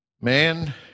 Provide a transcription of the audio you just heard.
Man